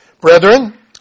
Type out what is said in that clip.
Brethren